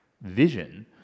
vision